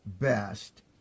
best